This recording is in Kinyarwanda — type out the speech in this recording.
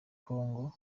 kongo